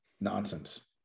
Nonsense